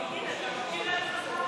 תגיד, אתה מקשיב לעצמך,